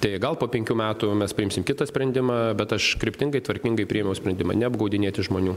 tai gal po penkių metų mes priimsim kitą sprendimą bet aš kryptingai tvarkingai priėmiau sprendimą neapgaudinėti žmonių